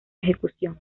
ejecución